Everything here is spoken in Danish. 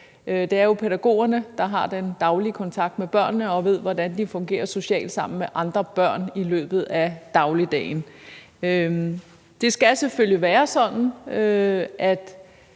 Det er jo pædagogerne, der har den daglige kontakt med børnene, og som ved, hvordan de fungerer socialt sammen med andre børn i løbet af dagligdagen. Det skal selvfølgelig være sådan, at